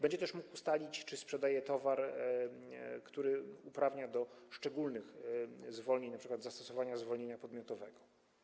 Będzie też mógł ustalić, czy sprzedaje towar, który uprawnia do szczególnych zwolnień, np. zastosowania zwolnienia podmiotowego.